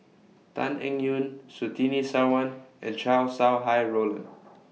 Tan Eng Yoon Surtini Sarwan and Chow Sau Hai Road